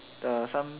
the some